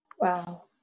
Wow